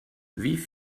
wie